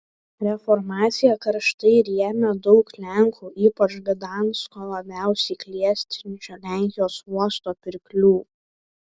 reformaciją karštai rėmė daug lenkų ypač gdansko labiausiai klestinčio lenkijos uosto pirklių